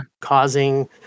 causing